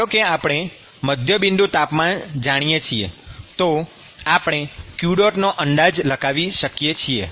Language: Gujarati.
ધારો કે આપણે મધ્યબિંદુ તાપમાન જાણીએ છીએ તો આપણે q નો અંદાજ લગાવી શકીએ છીએ